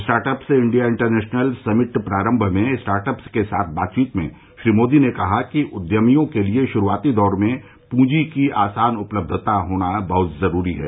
startups India international summit प्रारम्भ में startups के साथ बातचीत में श्री मोदी ने कहा कि उद्यमियों के लिए श्रूआती दौर में पूंजी की आसान उपलब्यता होना बहत जरूरी है